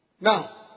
Now